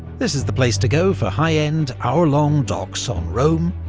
this is the place to go for high-end, hour-long docs on rome,